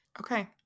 Okay